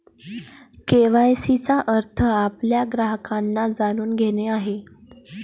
KYC चा अर्थ आपल्या ग्राहकांना जाणून घेणे आहे